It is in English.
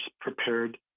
prepared